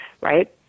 right